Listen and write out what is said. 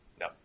No